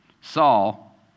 Saul